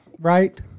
right